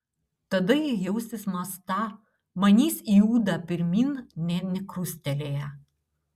tada jie jausis mąstą manys į ūdą pirmyn nė nekrustelėję